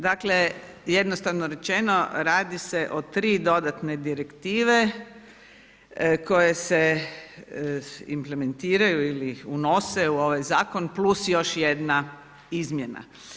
Dakle, jednostavno pojašnjeno, radi se o 3 dodatne direktive koje se implementiraju ili unose u ovaj zakon plus još jedna izmjena.